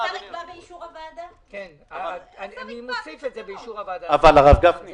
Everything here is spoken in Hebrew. לקבוע בכתב סוגי ענפים של עסקים שלגביהם תשלום המענק